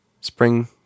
spring